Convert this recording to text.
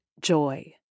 joy